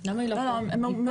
היא לא פה.